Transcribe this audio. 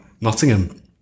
Nottingham